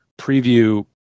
preview